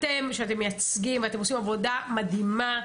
שאתם מייצגים ואתם עושים עבודה מדהימה,